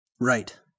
Right